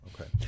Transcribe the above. Okay